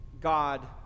God